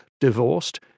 divorced